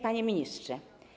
Panie Ministrze!